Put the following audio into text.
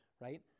right